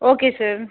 okay sir